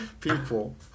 people